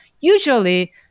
Usually